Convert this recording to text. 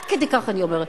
עד כדי כך אני אומרת,